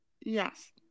Yes